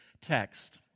text